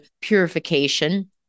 purification